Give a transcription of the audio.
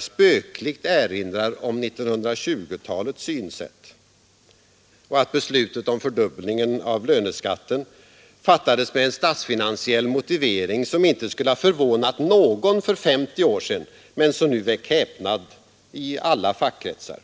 ”spöklikt erinrar om 1920-talets synsätt” och att beslutet om fördubblingen av löneskatten ”fattades med en statsfinansiell motivering som inte skulle förvånat någon för 50 år sedan men som nu väckt häpnad i alla fackkretsar”.